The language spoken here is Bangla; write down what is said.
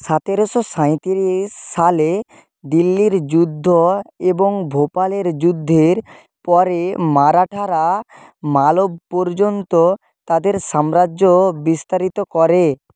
সাতেরোশো সাঁইতিরিশ সালে দিল্লির যুদ্ধ এবং ভোপালের যুদ্ধের পরে মারাঠারা মালব পর্যন্ত তাদের সাম্রাজ্য বিস্তারিত করে